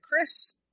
Chris